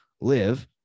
live